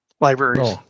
libraries